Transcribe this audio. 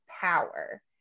power